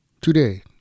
Today